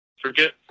forget